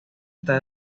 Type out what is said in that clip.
está